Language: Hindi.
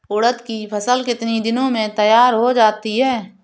उड़द की फसल कितनी दिनों में तैयार हो जाती है?